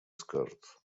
скажут